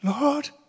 Lord